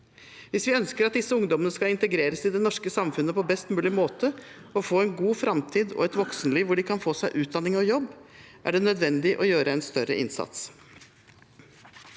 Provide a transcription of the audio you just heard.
Hvis vi ønsker at disse ungdommene skal integreres i det norske samfunnet på best mulig måte og få en god framtid og et voksenliv hvor de kan få seg utdanning og jobb, er det nødvendig å gjøre en større innsats.